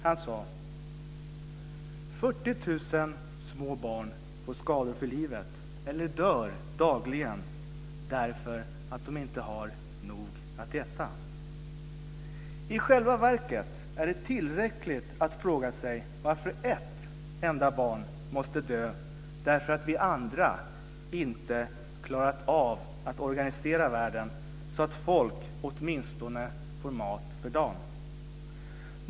Han sade: "40 000 små barn får skador för livet eller dör dagligen därför att de inte har nog att äta. I själva verket är det tillräckligt att fråga sig varför ett enda barn måste dö därför att vi andra inte klarat av att organisera världen så att folk åtminstone får mat för dagen.